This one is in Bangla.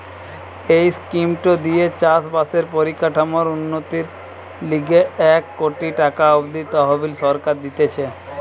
এই স্কিমটো দিয়ে চাষ বাসের পরিকাঠামোর উন্নতির লিগে এক কোটি টাকা অব্দি তহবিল সরকার দিতেছে